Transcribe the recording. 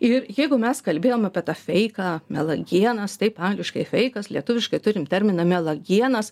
ir jeigu mes kalbėjom apie tą feiką melagienas taip angliškai feikas lietuviška turim terminą melagienas